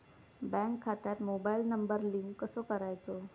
Bank खात्यात mobile number link कसो करायचो?